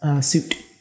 suit